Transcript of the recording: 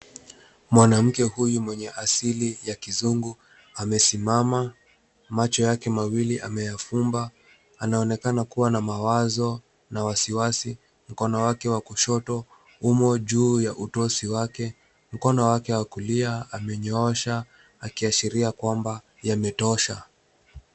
Mwanamke huyu mwenye asili ya kizungu, amesimama macho yake mawili ameyafumba. Anaonekana kuwa na mawazo na wasiwasi, mkono wake wa kushoto umo juu ya utosi wake. Mkono wake wa kulia amenyoosha akiashiria kwamba yametosha.